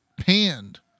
panned